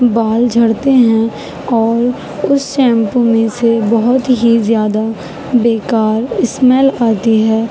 بال جھڑتے ہیں اور اس شیمپو میں سے بہت ہی زیادہ بیکار اسمیل آتی ہے